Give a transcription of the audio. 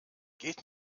geht